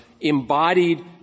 embodied